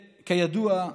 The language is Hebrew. כידוע,